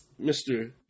Mr